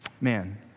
Man